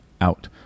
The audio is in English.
out